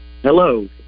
Hello